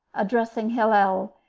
addressing hillel,